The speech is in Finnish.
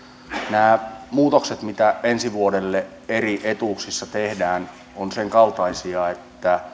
nämä muutokset mitä ensi vuodelle eri etuuksissa tehdään ovat senkaltaisia että